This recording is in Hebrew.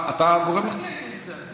אתה הגורם, אני אגיד את זה.